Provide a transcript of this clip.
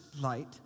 light